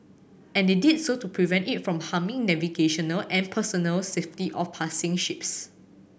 and they did so to prevent it from harming navigational and personnel safety of passing ships